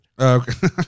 okay